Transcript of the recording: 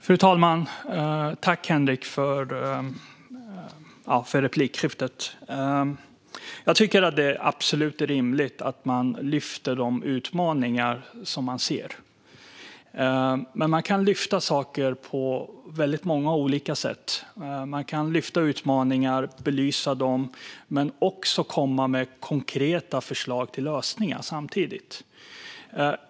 Fru talman! Jag tackar Henrik för repliken. Jag tycker absolut att det är rimligt att man lyfter fram de utmaningar man ser. Men man kan lyfta fram saker på väldigt många olika sätt. Man kan lyfta fram utmaningar och belysa dem men samtidigt komma med konkreta förslag till lösningar.